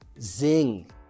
zing